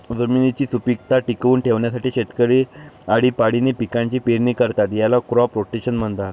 जमिनीची सुपीकता टिकवून ठेवण्यासाठी शेतकरी आळीपाळीने पिकांची पेरणी करतात, याला क्रॉप रोटेशन म्हणतात